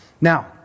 Now